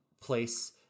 place